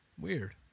Weird